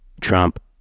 Trump